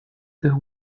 the